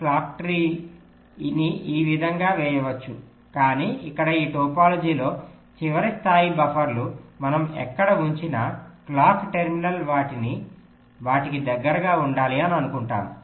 clock ట్రీని ఈ విధంగా వేయవచ్చు కానీ ఇక్కడ ఈ టోపోలాజీలో చివరి స్థాయి బఫర్లు మనం ఎక్కడ ఉంచినా క్లాక్ టెర్మినల్ వాటికి దగ్గరగా ఉండాలి అని అనుకుంటున్నాము